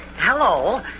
Hello